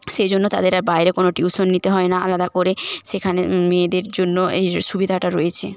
সেই জন্য তাদের আর বাইরে কোনো টিউশন নিতে হয় না আলাদা করে সেখানে মেয়েদের জন্য এই সুবিধাটা রয়েছে